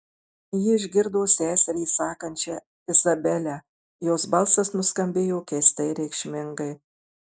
ji išgirdo seserį sakančią izabele jos balsas nuskambėjo keistai reikšmingai